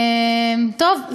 טוב,